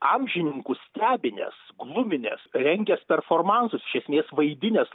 amžininkus stebinęs gluminęs rengęs performansus iš esmės vaizdinęs